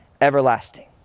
everlasting